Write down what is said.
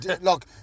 look